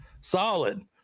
Solid